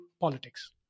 politics